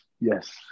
Yes